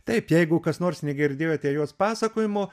taip jeigu kas nors negirdėjote jos pasakojimo